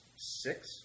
six